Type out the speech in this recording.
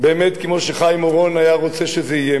באמת כמו שחיים אורון היה רוצה שזה יהיה,